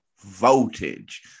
Voltage